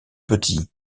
petits